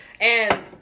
and-